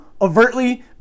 overtly